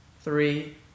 three